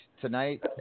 Tonight